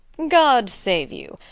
god save you!